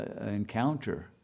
encounter